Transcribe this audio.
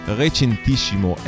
recentissimo